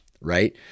right